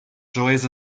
joys